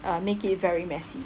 uh make it very messy